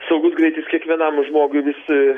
saugus greitis kiekvienam žmogui vis